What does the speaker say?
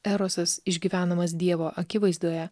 erosas išgyvenamas dievo akivaizdoje